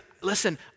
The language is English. listen